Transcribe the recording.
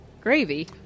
gravy